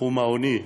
תחום העוני,